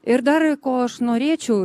ir dar ko aš norėčiau